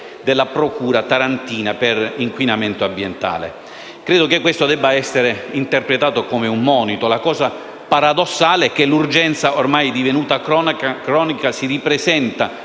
della procura tarantina per inquinamento ambientale. Credo debba essere interpretato come un monito. La cosa paradossale è che l'urgenza, ormai divenuta cronica, si ripresenta